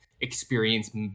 experience